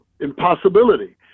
impossibility